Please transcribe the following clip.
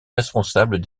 responsables